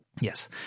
Yes